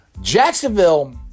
Jacksonville